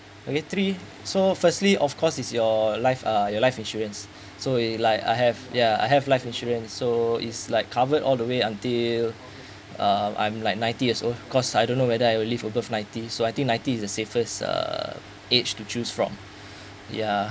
okay three so firstly of course is your life uh your life insurance so it like I have ya I have life insurance so is like covered all the way until um I'm like ninety years old cause I don't know whether I'll live above ninety so I think ninety is the safest uh age to choose from ya